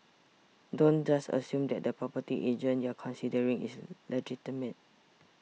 don't just assume that the property agent you're considering is legitimate